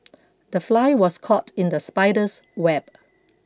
the fly was caught in the spider's web